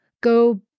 go